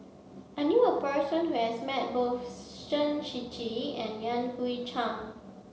I knew a person who has met both Shen Shiji and Yan Hui Chang